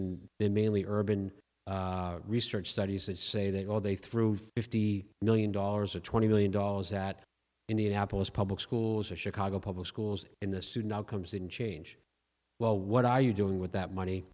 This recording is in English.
in the mainly urban research studies that say that all they through fifty million dollars or twenty million dollars that indianapolis public schools the chicago public schools in the su now comes in change well what are you doing with that money